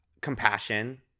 compassion